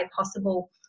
possible